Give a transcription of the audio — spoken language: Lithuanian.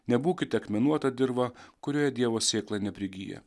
nebūkite akmenuota dirva kurioje dievo sėkla neprigyja